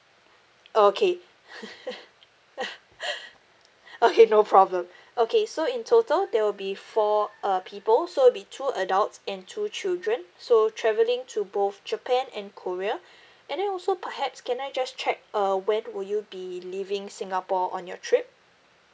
okay okay no problem okay so in total there will be four uh people so it'll be two adults and two children so travelling to both japan and korea and then also perhaps can I just check uh when would you be leaving singapore on your trip